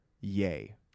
Yay